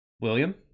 William